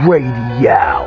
Radio